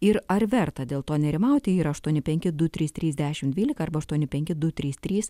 ir ar verta dėl to nerimauti yra aštuoni penki du trys trys dešim dvylika arba aštuoni penki du trys trys